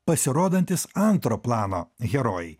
pasirodantys antro plano herojai